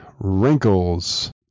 Wrinkles